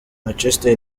manchester